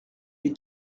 les